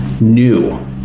new